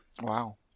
wow